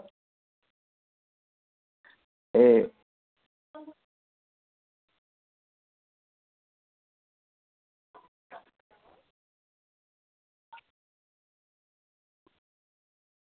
एह्